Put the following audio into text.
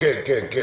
כן, כן.